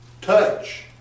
touch